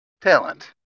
talent